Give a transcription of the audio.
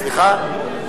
סליחה?